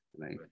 right